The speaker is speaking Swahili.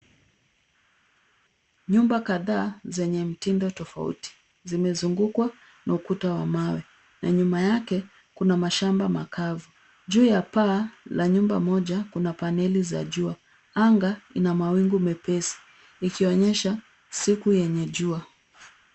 Nyumba kadhaa zenye mtindo tofauti zimezungukwa na ukuta wa mawe na nyum yake kuna mashamba makavu. Juu la paa la nyumba moja kuna paneli za jua. Anga ina mawingu mepesi ikionyesha siku yenye jua.